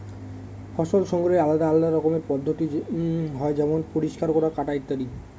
ফসল সংগ্রহের আলাদা আলদা রকমের পদ্ধতি হয় যেমন পরিষ্কার করা, কাটা ইত্যাদি